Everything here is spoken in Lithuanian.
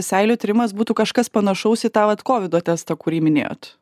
seilių tyrimas būtų kažkas panašaus į tai vat kovido testą kurį minėjot